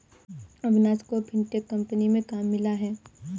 अविनाश को fintech company में काम मिला है